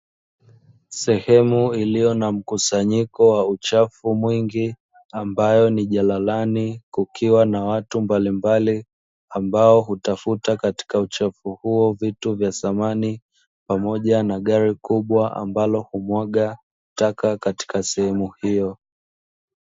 Sehemu iliyo na mkusanyiko wa uchafu mwingi, ambayo ni jalalani, kukiwa na watu mbalimbali ambao hutafuta katika uchafu huo, vitu vya samani pamoja na gari kubwa ambalo humwaga taka katika sehemu hiyo.